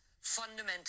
fundamental